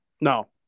No